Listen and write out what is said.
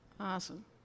Awesome